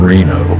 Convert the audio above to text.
Reno